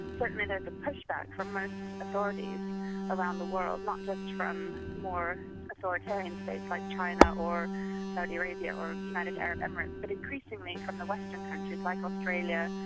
certainly there is a push-back from most authorities around the world, not just from more authoritarian states like china or saudi arabia or the united arab emirates, but increasingly from the western countries like australia,